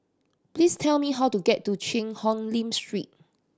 please tell me how to get to Cheang Hong Lim Street